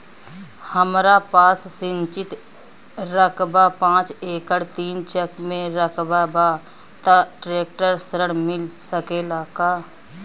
हमरा पास सिंचित रकबा पांच एकड़ तीन चक में रकबा बा त ट्रेक्टर ऋण मिल सकेला का?